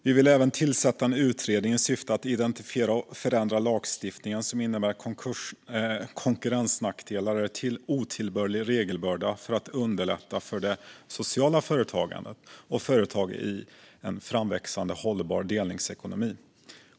Vi vill även tillsätta en utredning i syfte att identifiera och förändra lagstiftning som innebär konkurrensnackdelar eller otillbörlig regelbörda för att underlätta för det sociala företagandet och företag i en framväxande hållbar delningsekonomi.